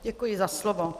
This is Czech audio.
Děkuji za slovo.